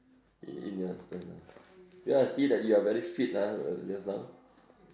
ya I see that you are very fit ah just now